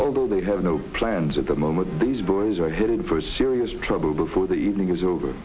although they have no plans at the moment these boys are hidden for serious trouble before the evening is over